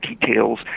details